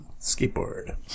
Skateboard